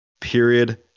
period